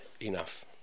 enough